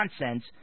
nonsense